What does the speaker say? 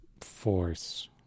force